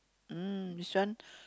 mm this one